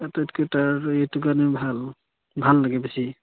আটাইতকৈ তাৰ এইটো গানেই ভাল ভাল লাগে বেছি